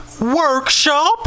Workshop